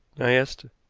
i asked.